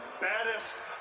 baddest